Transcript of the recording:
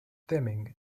deming